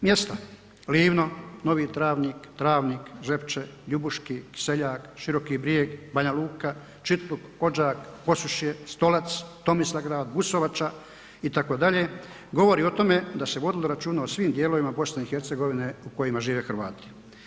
Mjesta Livno, Novi Travnik, Travnik, Žepče, Ljubuški, Kiseljak, Široki Brijeg, Banja Luka, Čitluk, Odžak, Posušje, Stolac, Tomislavgrad, Busovača itd., govori o tome da se vodilo računa o svim dijelovima BiH u kojima žive Hrvati.